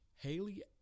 Haley